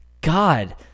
God